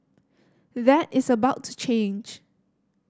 that is about to change